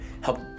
help